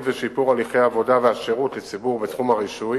ושיפור הליכי העבודה והשירות לציבור בתחום הרישוי